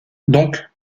donc